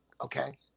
Okay